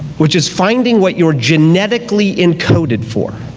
which is finding what you're genetically encoded for.